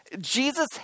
Jesus